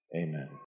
Amen